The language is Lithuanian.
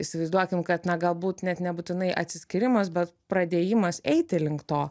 įsivaizduokim kad na galbūt net nebūtinai atsiskyrimas bet pradėjimas eiti link to